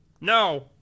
No